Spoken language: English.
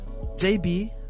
JB